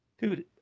dude